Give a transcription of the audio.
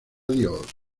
dios